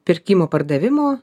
pirkimo pardavimo